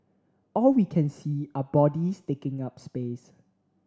all we can see are bodies taking up space